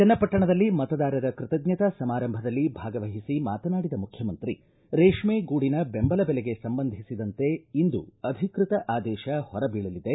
ಚನ್ನಪಟ್ಟಣದಲ್ಲಿ ಮತದಾರರ ಕೃತಜ್ಞತಾ ಸಮಾರಂಭದಲ್ಲಿ ಭಾಗವಹಿಸಿ ಮಾತನಾಡಿದ ಮುಖ್ಯಮಂತ್ರಿ ರೇಷ್ಮೆ ಗೂಡಿನ ಬೆಂಬಲ ಬೆಲೆಗೆ ಸಂಬಂಧಿಸಿದಂತೆ ಇಂದು ಅಧಿಕೃತ ಅದೇಶ ಹೊರಬೀಳಲಿದೆ